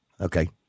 Okay